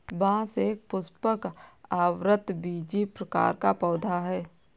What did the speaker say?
बांस एक सपुष्पक, आवृतबीजी प्रकार का पौधा है